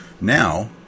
now